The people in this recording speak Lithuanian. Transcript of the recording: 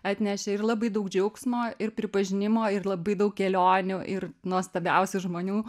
atnešė ir labai daug džiaugsmo ir pripažinimo ir labai daug kelionių ir nuostabiausių žmonių